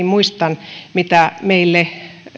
muistan mitä meille